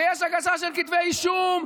ויש הגשה של כתבי אישום.